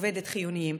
כעובדים חיוניים.